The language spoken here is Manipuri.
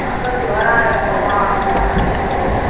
ꯑꯀꯪꯕ ꯄꯋꯥꯃꯨꯛꯀ ꯍꯥꯄꯤꯔꯛꯑꯣ